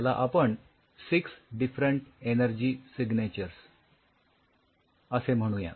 याला आपण six different energy signatures असे म्हणूया